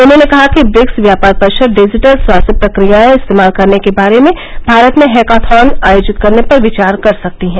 उन्होंने कहा कि ब्रिक्स व्यापार परिषद डिजीटल स्वास्थ्य प्रक्रियाएं इस्तेमाल करने के बारे में भारत में हैकाथॉन आयोजित करने पर विचार कर सकती है